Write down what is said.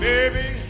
Baby